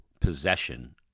possession